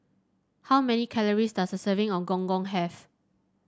how many calories does a serving of Gong Gong have